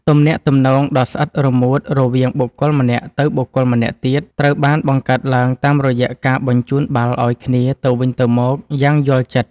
ទំនាក់ទំនងដ៏ស្អិតរមួតរវាងបុគ្គលម្នាក់ទៅបុគ្គលម្នាក់ទៀតត្រូវបានបង្កើតឡើងតាមរយៈការបញ្ជូនបាល់ឱ្យគ្នាទៅវិញទៅមកយ៉ាងយល់ចិត្ត។